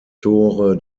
tore